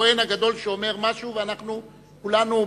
הכוהן הגדול שאומר משהו ואנחנו כולנו,